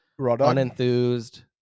unenthused